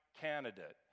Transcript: candidate